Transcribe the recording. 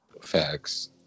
Facts